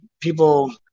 people